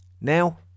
Now